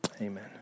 Amen